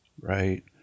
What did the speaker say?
right